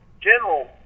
general